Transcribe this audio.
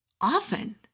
often